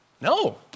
No